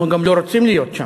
אנחנו גם לא רוצים להיות שם.